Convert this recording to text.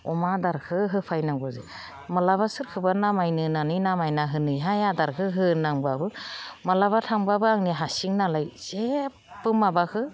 अमा आदारखौ होफैनांगौ जायो माब्लाबा सोरखौबा नामायनो होननानै नामायना होनोहाय आदारखौ हो होनबाबो माब्लाबा थांबाबो आंनि हारसिं नालाय जेबो माबाखौ